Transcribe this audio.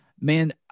man